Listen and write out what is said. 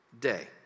day